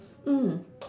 mm